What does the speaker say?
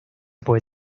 puede